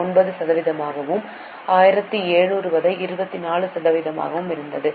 9 சதவிகிதமாகவும் 1700 வரை 24 சதவிகிதமாகவும் இருந்தது